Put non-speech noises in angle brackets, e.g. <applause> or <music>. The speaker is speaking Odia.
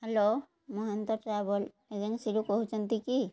ହ୍ୟାଲୋ <unintelligible> ଟ୍ରାଭେଲ୍ ଏଜେନ୍ସିରୁ କହୁଛନ୍ତି କି